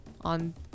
on